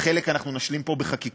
חלק אנחנו נשלים פה בחקיקה.